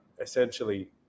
essentially